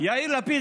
יאיר לפיד,